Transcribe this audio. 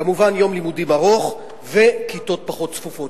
כמובן, יום לימודים ארוך, וכיתות פחות צפופות.